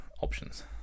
options